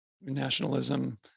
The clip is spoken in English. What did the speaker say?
nationalism